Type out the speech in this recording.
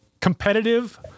competitive